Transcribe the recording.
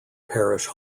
parish